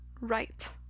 right